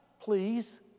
please